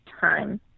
time